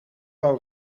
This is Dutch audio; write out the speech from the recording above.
wou